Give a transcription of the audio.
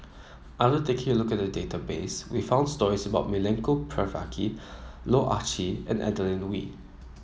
taking a look at the database we found stories about Milenko Prvacki Loh Ah Chee and Adeline Ooi